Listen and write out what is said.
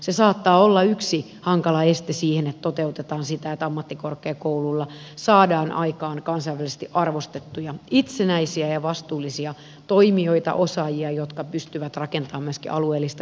se saattaa olla yksi hankala este sille että toteutetaan sitä että ammattikorkeakouluilla saadaan aikaan kansainvälisesti arvostettuja itsenäisiä ja vastuullisia toimijoita osaajia jotka pystyvät rakentamaan myöskin alueellista kilpailukykyä